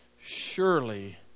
Surely